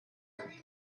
and